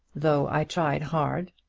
though i tried hard.